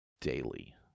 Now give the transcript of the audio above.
daily